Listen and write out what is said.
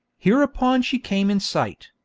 hereupon she came in sight,